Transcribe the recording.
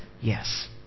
Yes